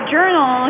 Journal